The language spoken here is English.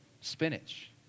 spinach